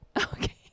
Okay